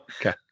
Okay